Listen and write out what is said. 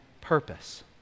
purpose